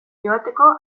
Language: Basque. joateko